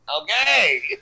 Okay